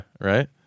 right